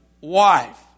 wife